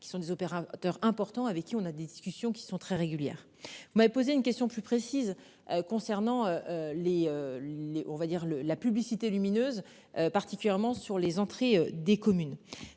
qui sont des opérateurs importants avec qui on a des discussions qui sont très régulière, vous m'avez posé une question plus précise concernant les, les, on va dire le la publicité lumineuse particulièrement sur les entrées des communes.